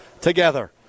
together